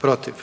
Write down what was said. protiv?